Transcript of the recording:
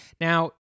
Now